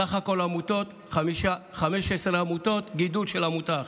סך הכול 15 עמותות, גידול בעמותה אחת.